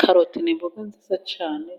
Karoto ni imboga nziza cyane,